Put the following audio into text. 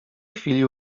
chwili